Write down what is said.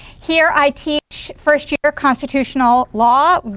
here i teach first-year constitutional law.